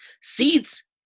seeds